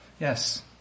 Yes